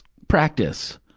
practice.